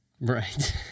Right